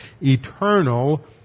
eternal